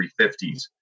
350s